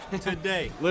today